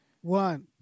One